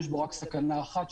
יש בו סכנה אחת,